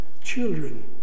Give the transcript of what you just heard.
children